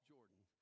Jordan